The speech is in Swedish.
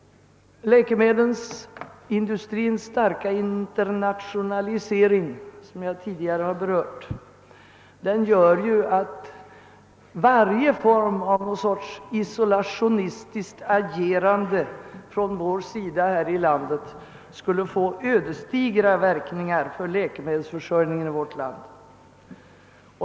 Läkemedelsindustrins starka internationalisering medför ju, såsom jag tidigare berört, att varje form av isolationistiskt agerande från vårt håll skulle få ödesdigra verkningar för landets läkemedelsförsörjning.